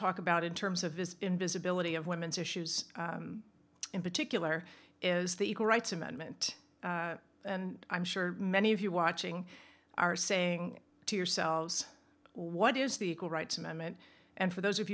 talk about in terms of is in visibility of women's issues in particular is the equal rights amendment and i'm sure many of you watching are saying to yourselves what is the equal rights amendment and for those